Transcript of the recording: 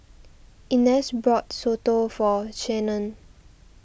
Inez bought Soto for Shannan